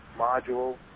module